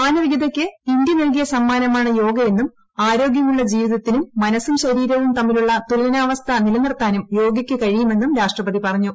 മാനവികതയ്ക്ക് India നല്കിയ സമ്മാനമാണ് യോഗയെന്നും ആരോഗൃമുള്ള ജീവിതത്തിനും മനസും ശരീരവും തമ്മിലുള്ള തൂലനാവസ്ഥ നിലനിർത്താനും യോഗയ്ക്ക് കഴിയുമെന്നും രാഷ്ട്രപതി പറഞ്ഞു